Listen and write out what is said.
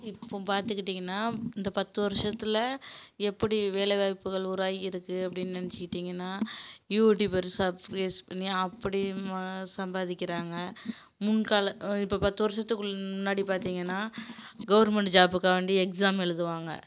இப்போவும் பார்த்துக்கிட்டீங்கனா இந்த பத்து வர்ஷத்தில் எப்படி வேலை வாய்ப்புகள் உருவாகி இருக்கு அப்படின்னு நினச்சிக்கிட்டீங்கனா யூடியூபப்பர்சாக ஃப்ரேஸ் பண்ணி அப்படியுமா சம்பாதிக்கிறாங்க முன்கால இப்போ பத்து வர்ஷத்துக்குள்ளே முன்னாடி பார்த்தீங்கனா கவுர்மெண்ட்டு ஜாபுக்காண்டி எக்ஸாம் எழுதுவாங்க